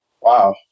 Wow